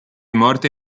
morte